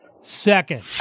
second